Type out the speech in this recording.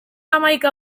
hamaika